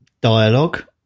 dialogue